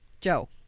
Joe